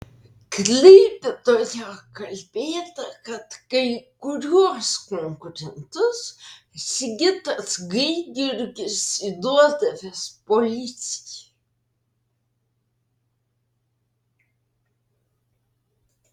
klaipėdoje kalbėta kad kai kuriuos konkurentus sigitas gaidjurgis įduodavęs policijai